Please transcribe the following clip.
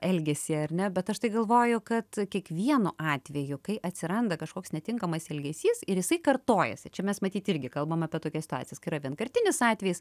elgesį ar ne bet aš tai galvoju kad kiekvienu atveju kai atsiranda kažkoks netinkamas elgesys ir jisai kartojasi čia mes matyt irgi kalbam apie tokias situacijas yra vienkartinis atvejis